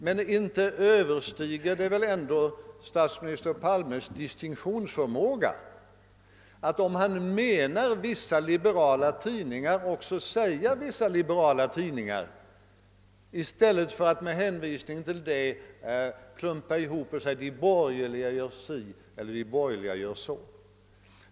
Men inte överstiger det väl ändå statsminister Palmes distinktionsförmåga att, om han menar »vissa liberala tidningar», också säga detta i stället för att klumpa ihop dem med partierna och tala om att de borgerliga gör si eller så.